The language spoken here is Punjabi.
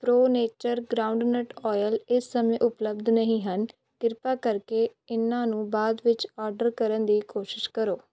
ਪ੍ਰੋ ਨੇਚਰ ਗਰਾਊਂਡਨਟ ਆਇਲ ਇਸ ਸਮੇਂ ਉਪਲੱਬਧ ਨਹੀਂ ਹਨ ਕ੍ਰਿਪਾ ਕਰਕੇ ਇਹਨਾਂ ਨੂੰ ਬਾਅਦ ਵਿੱਚ ਆਰਡਰ ਕਰਨ ਦੀ ਕੋਸ਼ਿਸ਼ ਕਰੋ